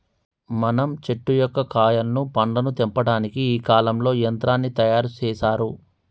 మనం చెట్టు యొక్క కాయలను పండ్లను తెంపటానికి ఈ కాలంలో యంత్రాన్ని తయారు సేసారు